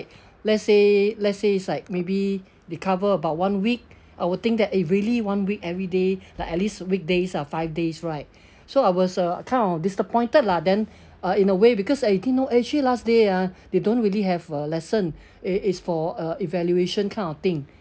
let's say let's say it's like maybe they cover about one week I will think that it really one week everyday like at least weekdays uh five days right so I was uh kind of disappointed lah then uh in a way because I didn't know actually last day ah they don't really have a lesson it it's for uh evaluation kind of thing